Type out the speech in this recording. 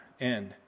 end